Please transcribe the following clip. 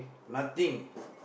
nothing